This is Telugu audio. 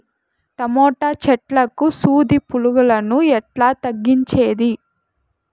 టమోటా చెట్లకు సూది పులుగులను ఎట్లా తగ్గించేది?